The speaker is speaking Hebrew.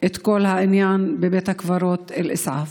את כל העניין בבית הקברות אל-אסעאף.